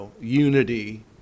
unity